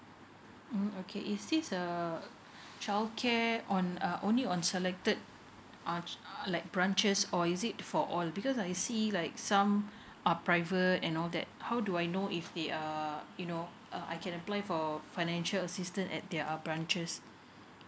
mm okay is this uh childcare on uh only on selected uh like branches or is it for all because I see like some are private and all that how do I know if the uh you know uh I can apply for financial assistance at their branches